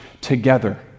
together